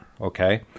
okay